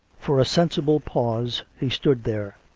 for a sensible pause he stood there,